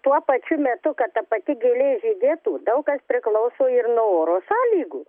tuo pačiu metu kad ta pati galėtų žydėtų daug kas priklauso ir nuo oro sąlygų